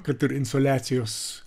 kad ir insoliacijos